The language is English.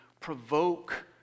provoke